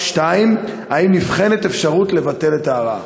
2. האם נבחנת אפשרות לבטל את ההרעה?